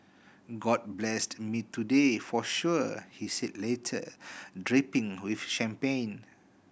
god blessed me today for sure he said later dripping with champagne